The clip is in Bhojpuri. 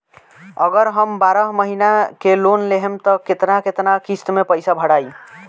अगर हम बारह महिना के लोन लेहेम त केतना केतना किस्त मे पैसा भराई?